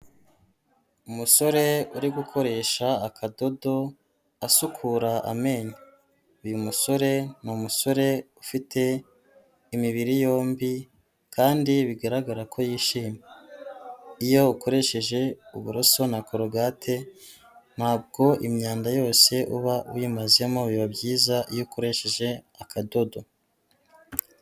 Umusore uri gukoresha akadodo asukura amenyo, uyu musore ni umusore ufite imibiri yombi kandi bigaragara ko yishimye. Iyo ukoresheje uburoso na korogate ntabwo imyanda yose uba uyimazemo, biba byiza iyo ukoresheje akadodo.